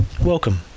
Welcome